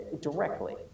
directly